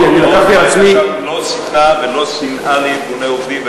לא הייתה לא טינה ולא שנאה לארגוני עובדים,